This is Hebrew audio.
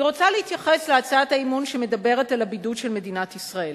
אני רוצה להתייחס להצעת האי-אמון שמדברת על הבידוד של מדינת ישראל.